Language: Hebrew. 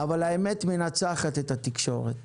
אבל האמת מנצחת את התקשורת,